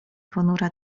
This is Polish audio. ponura